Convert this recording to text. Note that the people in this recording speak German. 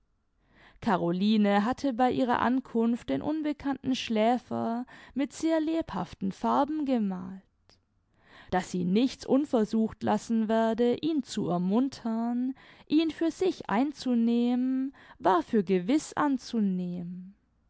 caroline hatte bei ihrer ankunft den unbekannten schläfer mit sehr lebhaften farben gemalt daß sie nichts unversucht lassen werde ihn zu ermuntern ihn für sich einzunehmen war für gewiß anzunehmen